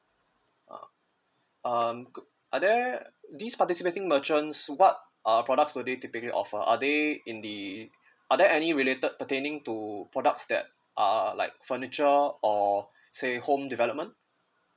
uh um are there this participating merchants what are products will they typically offer are they in the are there any related pertaining to products that are like furniture or say home development